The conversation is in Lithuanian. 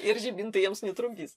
ir žibintai jiems netrukdys